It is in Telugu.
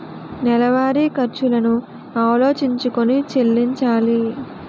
నెలవారి ఖర్చులను ఆలోచించుకొని చెల్లించాలి